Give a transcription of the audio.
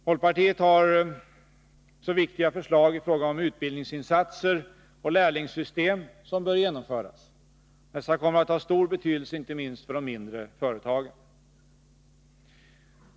Folkpartiet har också viktiga förslag i fråga om utbildningsinsatser och lärlingssystem som bör genomföras. Dessa kommer att ha stor betydelse inte minst för de mindre företagen.